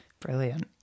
Brilliant